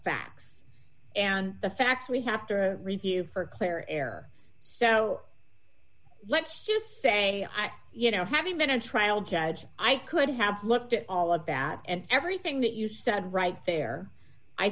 facts and the facts we have to review for claire air so let's just say i you know having been a trial judge i could have looked at all of that and everything that you said right there i